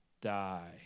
die